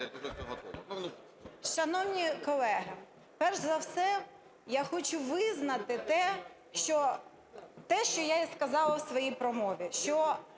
Шановні колеги, перш за все, я хочу визнати те, що я і сказала у своїй промові,